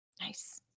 Nice